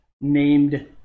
named